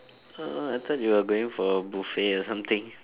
uh I thought you are going for a buffet or something